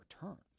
returns